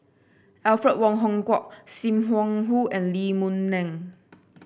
Alfred Wong Hong Kwok Sim Wong Hoo and Lee Boon Ngan